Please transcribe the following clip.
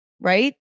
right